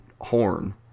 horn